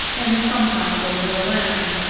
and sometimes over the land.